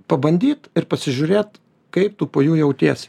pabandyt ir pasižiūrėt kaip tu po jų jautiesi